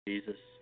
Jesus